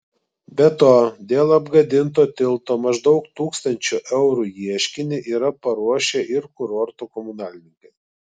be to dėl apgadinto tilto maždaug tūkstančio eurų ieškinį yra paruošę ir kurorto komunalininkai